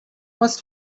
must